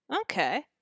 Okay